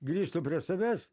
grįžtu prie savęs